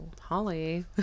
holly